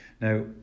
Now